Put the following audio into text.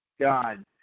God